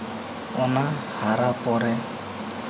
ᱚᱱᱟ ᱦᱟᱨᱟ ᱯᱚᱨᱮ